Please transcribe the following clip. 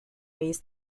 ways